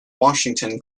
washington